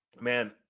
Man